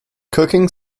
cooking